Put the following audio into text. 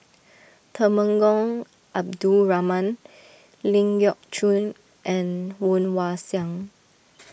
Temenggong Abdul Rahman Ling Geok Choon and Woon Wah Siang